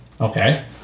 okay